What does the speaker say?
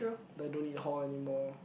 then don't need hall anymore